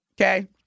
okay